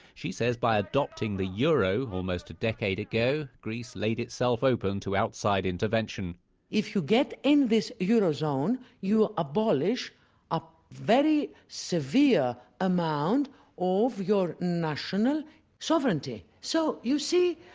she says by adopting the euro almost a decade ago, greece laid itself open to outside intervention if you get in this eurozone you abolish a very severe amount of your national sovereignty. so you see,